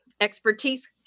Expertise